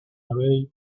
away